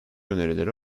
önerileri